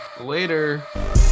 later